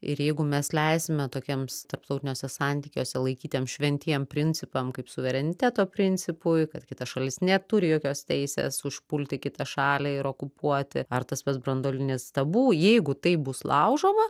ir jeigu mes leisime tokiems tarptautiniuose santykiuose laikytiems šventiem principam kaip suvereniteto principui kad kita šalis neturi jokios teisės užpulti kitą šalį ir okupuoti ar tas pats branduolinis tabu jeigu tai bus laužoma